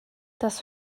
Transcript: das